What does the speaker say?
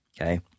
Okay